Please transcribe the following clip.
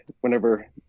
whenever